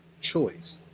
choice